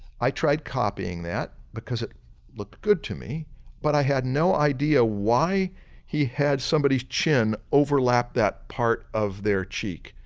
i tried copying that because it looked good to me but i had no idea why he had somebody chin overlap that part of their cheek.